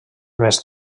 més